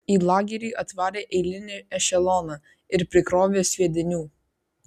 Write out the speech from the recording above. į lagerį atvarė eilinį ešeloną ir prikrovė sviedinių